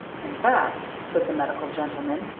in fact, said the medical gentleman,